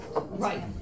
Right